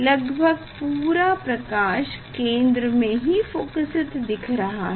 लगभग पूरा प्रकाश केंद्र में ही फोकसीत दिख रहा है